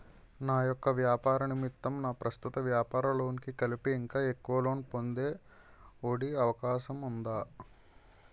నా యెక్క వ్యాపార నిమిత్తం నా ప్రస్తుత వ్యాపార లోన్ కి కలిపి ఇంకా ఎక్కువ లోన్ పొందే ఒ.డి అవకాశం ఉందా?